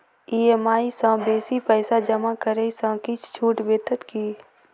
EMI सँ बेसी पैसा जमा करै सँ किछ छुट भेटत की?